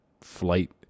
flight